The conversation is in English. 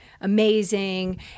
amazing